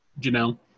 Janelle